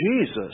Jesus